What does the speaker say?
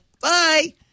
Bye